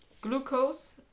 glucose